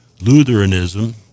Lutheranism